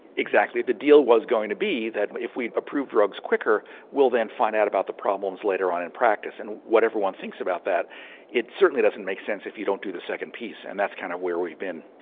exactly. the deal was going to be that if we approve drugs quicker we'll then find out about the problems later on in practice. and whatever one thinks about that it certainly doesn't make sense if you don't do the second piece and that's kind of where we've been.